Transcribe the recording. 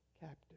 captive